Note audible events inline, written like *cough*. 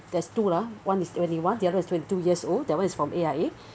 there's two lah one is twenty one the other is twenty two years old that one is from A_I_A *breath*